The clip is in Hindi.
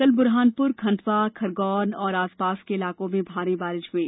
कल बुरहानपुर खंडवा खरगोन और आसपास के इलाकों में भारी बारिश हुई